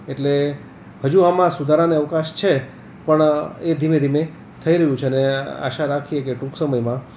એટલે હજુ આમાં સુધારાને અવકાશ છે પણ એ ધીમે ધીમે થઇ રહ્યું છે અને આશા રાખીએ કે ટુંક સમયમાં